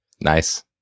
Nice